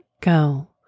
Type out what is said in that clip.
go